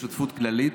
ושותפות כללית,